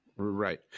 Right